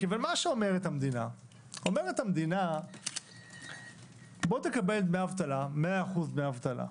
המדינה אומרת: תקבל 100% דמי אבטלה,